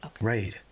Right